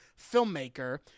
filmmaker –